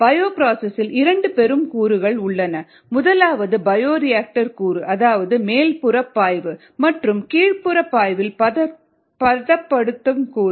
பயோபிராசஸ்ஸில் இரண்டு பெரும் கூறுகள் உள்ளன முதலாவது பயோரியாக்டர் கூறு அதாவது மேல்புற பாய்வு மற்றும் கீழ்ப்புற பாய்வில் பதப்படுத்தும் கூறு